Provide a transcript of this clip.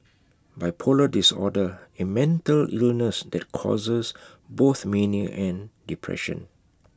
bipolar disorder A mental illness that causes both mania and depression